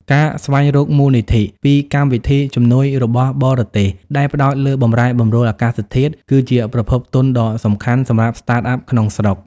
ការស្វែងរកមូលនិធិពីកម្មវិធីជំនួយរបស់បរទេស ដែលផ្ដោតលើបម្រែបម្រួលអាកាសធាតុ គឺជាប្រភពទុនដ៏សំខាន់សម្រាប់ Startup ក្នុងស្រុក។